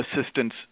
assistance